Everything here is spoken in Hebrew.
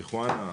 מריחואנה,